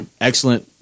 Excellent